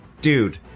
dude